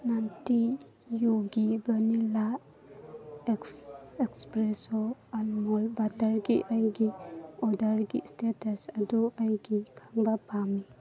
ꯅꯠꯇꯤ ꯌꯣꯒꯤ ꯕꯅꯤꯜꯂꯥ ꯑꯦꯛꯁ ꯑꯦꯛꯁꯄ꯭ꯔꯦꯁꯣ ꯑꯜꯃꯣꯟ ꯕꯠꯇꯔꯒꯤ ꯑꯩꯒꯤ ꯑꯣꯔꯗꯔꯒꯤ ꯏꯁꯇꯦꯇꯁ ꯑꯗꯨ ꯑꯩꯒꯤ ꯈꯪꯕ ꯄꯥꯝꯃꯤ